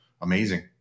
amazing